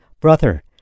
Brother